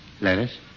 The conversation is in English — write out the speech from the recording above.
Lettuce